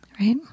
Right